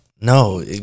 no